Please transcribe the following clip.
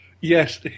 yes